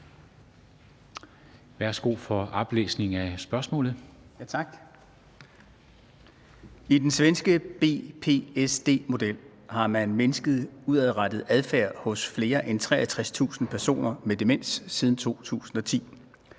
Værsgo for oplæsning af spørgsmålet. Kl. 13:36 Nils Sjøberg (RV): Tak. I den svenske BPSD-model har man mindsket udadreagerende adfærd hos flere end 63.000 personer med demens siden 2010.